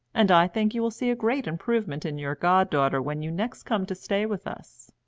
and i think you will see a great improvement in your god-daughter when you next come to stay with us